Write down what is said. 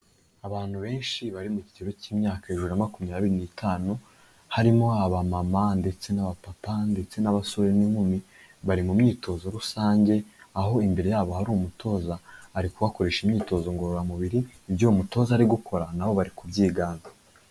Abantu benshi bari mu kigero cy'imyaka hejuru ya makumyabiri n'itanu harimo aba mama ndetse n'abapapa ndetse n'abasore n'inkumi bari mu myitozo rusange aho imbere yabo hari umutoza ari kubakoresha imyitozo ngororamubiri ibyo uwo mutoza ari gukora nabo bari kubyigana.